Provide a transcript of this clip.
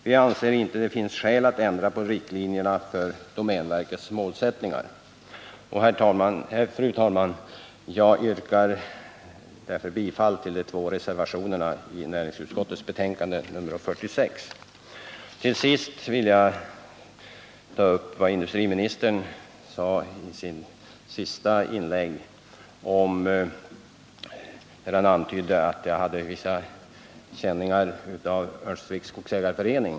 Vi anser inte att det nu finns skäl att ändra på riktlinjerna för domänverkets målsättningar. Jag yrkar därför, fru talman, bifall till de två reservationerna vid näringsutskottets betänkande 46. Till sist vill jag ta upp vad industriministern sade i sitt senaste inlägg, där han antydde att jag hade vissa känningar när det gällde Örnsköldsviks skogsägareförening.